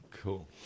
cool